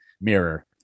mirror